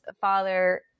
father